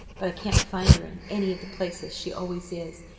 but i can't find her in any of the places she always is,